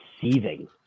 seething